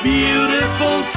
beautiful